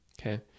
okay